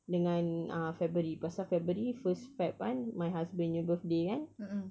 dengan uh february pasal february first feb kan my husband punya birthday kan